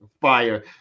fire